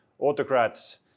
autocrats